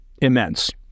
immense